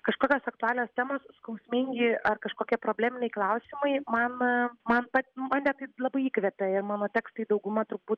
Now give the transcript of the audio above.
kažkokios aktualios temos skausmingi ar kažkokie probleminiai klausimai man man pats mane taip labai įkvepiair mano tekstai dauguma turbūt